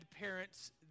parents